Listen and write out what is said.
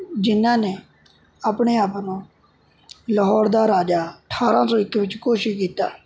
ਜਿਨ੍ਹਾਂ ਨੇ ਆਪਣੇ ਆਪ ਨੂੰ ਲਾਹੌਰ ਦਾ ਰਾਜਾ ਅਠਾਰ੍ਹਾਂ ਸੌ ਇੱਕ ਵਿੱਚ ਘੋਸ਼ਿਤ ਕੀਤਾ